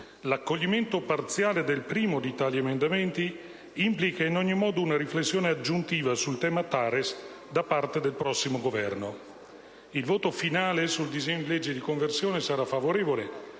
L'accoglimento parziale del primo di tali emendamenti implica in ogni modo una riflessione aggiuntiva sul tema TARES da parte del prossimo Governo. Il voto finale sul disegno di legge di conversione sarà favorevole,